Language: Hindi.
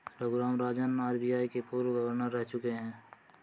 रघुराम राजन आर.बी.आई के पूर्व गवर्नर रह चुके हैं